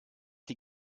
die